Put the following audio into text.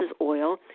oil